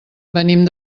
venim